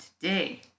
today